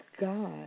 God